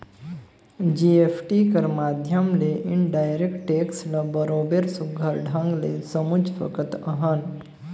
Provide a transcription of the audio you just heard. GST कर माध्यम ले इनडायरेक्ट टेक्स ल बरोबेर सुग्घर ढंग ले समुझ सकत अहन